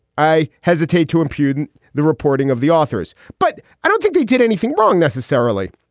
i hesitate to impugn the reporting of the authors, but i don't think they did anything wrong necessarily.